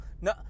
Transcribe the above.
no